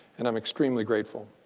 and i'm extremely grateful.